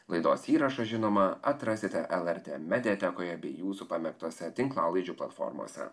laidos įrašą žinoma atrasite lrt mediatekoje bei jūsų pamėgtose tinklalaidžių platformose